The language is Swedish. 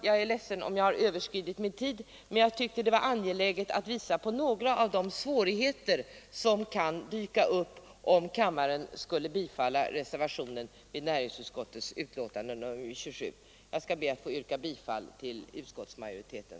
Jag är ledsen om jag har överskridit min tid, men jag tyckte det var angeläget att visa på några av de svårigheter som kan dyka upp, om kammaren skulle bifalla reservationen vid näringsutskottets betänkande nr 27. Jag ber att få yrka bifall till utskottets hemställan.